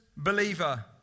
believer